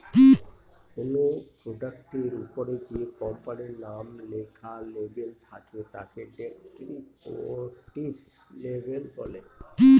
কোনো প্রোডাক্টের ওপরে যে কোম্পানির নাম লেখার লেবেল থাকে তাকে ডেস্ক্রিপটিভ লেবেল বলে